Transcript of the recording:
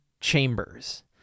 chambers